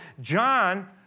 John